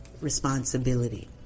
responsibility